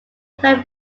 very